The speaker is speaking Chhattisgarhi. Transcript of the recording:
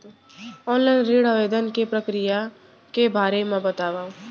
ऑनलाइन ऋण आवेदन के प्रक्रिया के बारे म बतावव?